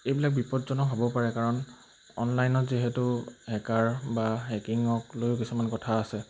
এইবিলাক বিপদজনক হ'ব পাৰে কাৰণ অনলাইনত যিহেতু হেকাৰ বা হেকিঙক লৈও কিছুমান কথা আছে